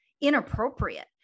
inappropriate